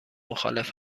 مخالف